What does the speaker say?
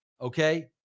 okay